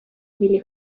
ibili